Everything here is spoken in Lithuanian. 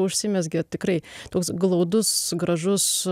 užsimezgė tikrai toks glaudus gražus